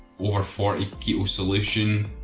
or for eq solution